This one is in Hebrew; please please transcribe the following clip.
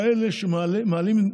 כאלה מעלים.